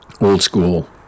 old-school